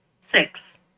Six